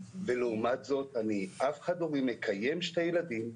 לעומת זאת, אני מקיים שני ילדים,